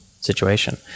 situation